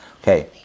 Okay